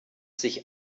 sich